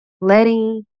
letting